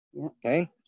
Okay